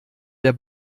der